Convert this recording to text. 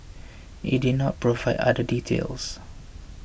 it did not provide other details